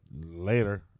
Later